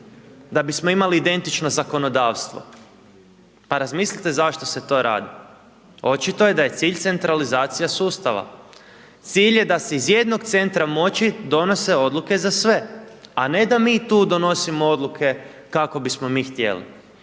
da bismo imali identično zakonodavstvo, pa razmislite zašto se to radi. Očito je da je cilj centralizacija sustava. Cilj je da se iz jednog centra moći donose odluke za sve, a ne da mi tu donosimo odluke kako bismo mi htjeli.